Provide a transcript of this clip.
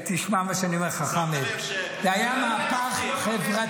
תשמע מה שאני אומר לך, חמד, זה היה מהפך חברתי,